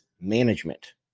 management